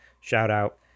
shout-out